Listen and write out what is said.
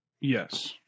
yes